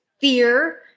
fear